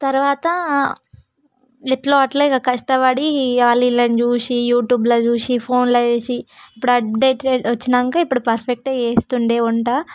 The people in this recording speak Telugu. తరువాత ఎట్లో అట్ల ఇక కష్టపడి వాళ్ళు వీళ్ళని చూసి యూట్యూబ్లో చూసి ఫోన్లో చూసి ఇప్పుడు అప్డేటెడ్ వచ్చాక ఇప్పుడు పర్ఫెక్టే చేస్తుండే వంట